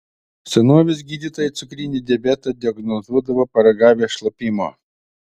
senovės gydytojai cukrinį diabetą diagnozuodavo paragavę šlapimo